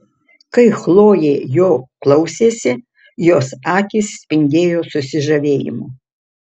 kai chlojė jo klausėsi jos akys spindėjo susižavėjimu